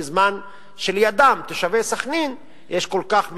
בזמן שלידם לתושבי סח'נין יש כל כך מעט.